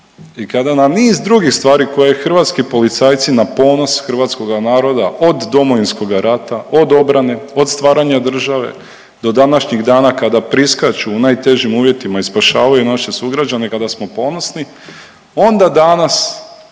I kada na niz drugih stvari koje hrvatski policajci na ponos hrvatskoga naroda od Domovinskoga rata, od obrane do stvaranja države do današnjih dana kada priskaču u najtežim uvjetima i spašavaju naše sugrađane kada smo ponosni onda danas